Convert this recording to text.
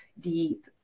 deep